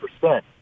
percent